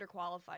underqualified